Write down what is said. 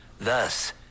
Thus